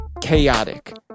chaotic